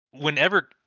whenever